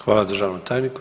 Hvala državnom tajniku.